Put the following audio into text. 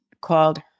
called